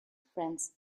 friends